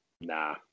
nah